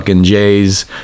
jays